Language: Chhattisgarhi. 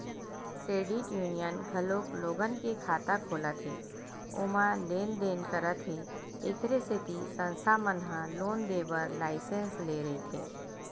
क्रेडिट यूनियन घलोक लोगन के खाता खोलत हे ओमा लेन देन करत हे एखरे सेती संस्था मन ह लोन देय बर लाइसेंस लेय रहिथे